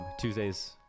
Tuesdays